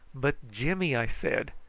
but jimmy! i said.